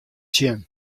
sjen